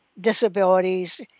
disabilities